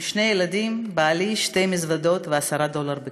עם שני ילדים, בעלי, שתי מזוודות ו-10 דולר בכיס,